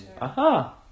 Aha